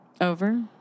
over